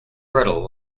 brittle